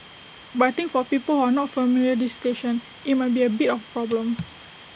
but I think for people who are not familiar this station IT might be A bit of A problem